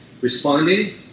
Responding